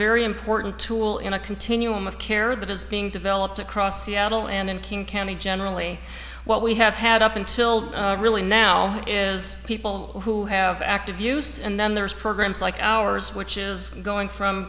very important tool in a continuum of care that is being developed across seattle and king county generally what we have had up until really now is people who have active use and then there's programs like ours which is going from